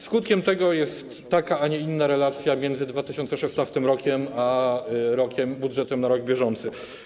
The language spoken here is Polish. Skutkiem tego jest taka, a nie inna relacja między 2016 r. a budżetem na rok bieżący.